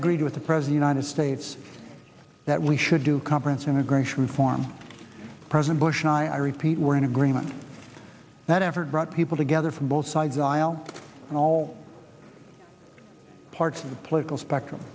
agreed with the present a united states that we should do conference integration former president bush and i repeat were in agreement that effort brought people together from both sides aisle and all parts of the political spectrum